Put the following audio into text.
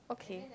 okay